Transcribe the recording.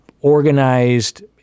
organized